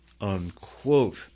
unquote